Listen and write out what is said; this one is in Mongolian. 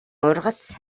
ургац